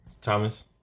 Thomas